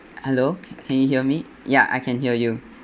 hello can can you hear me ya I can hear you